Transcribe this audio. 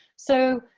so,